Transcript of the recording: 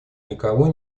никого